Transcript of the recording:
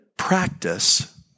practice